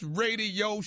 radio